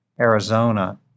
Arizona